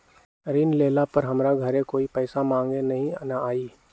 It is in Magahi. ऋण लेला पर हमरा घरे कोई पैसा मांगे नहीं न आई?